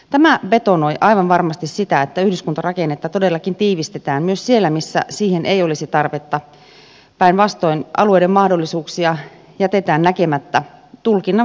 tämä betonoi aivan varmasti sitä että yhdyskuntarakennetta todellakin tiivistetään myös siellä missä siihen ei olisi tarvetta päinvastoin alueiden mahdollisuuksia jätetään näkemättä tulkinnan vuoksi